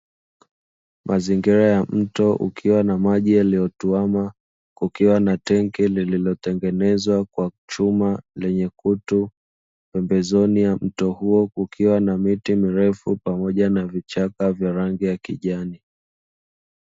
Mazingira ya mto ukiwa na maji yaliyotuama, kukiwa na tangi lililotengenezwa kwa chuma lenye kutu, pembezoni ya mto huo kukiwa na miti mirefu pamoja na vichaka vya rangi ya kijani.